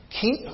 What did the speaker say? Keep